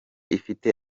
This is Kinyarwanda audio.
ifite